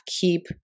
Keep